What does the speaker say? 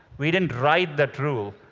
we didn't write that rule.